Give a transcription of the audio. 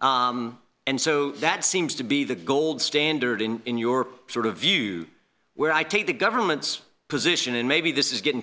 and so that seems to be the gold standard in in your sort of view where i take the government's position and maybe this is getting